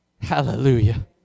Hallelujah